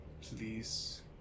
Please